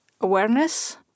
awareness